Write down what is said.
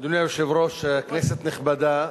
אדוני היושב-ראש, כנסת נכבדה,